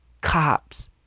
cops